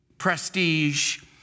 prestige